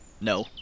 No